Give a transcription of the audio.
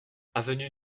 avenue